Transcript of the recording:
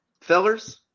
fellers